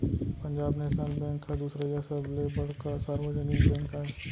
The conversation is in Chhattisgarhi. पंजाब नेसनल बेंक ह दुसरइया सबले बड़का सार्वजनिक बेंक आय